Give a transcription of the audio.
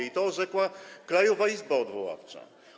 I to orzekła Krajowa Izba Odwoławcza.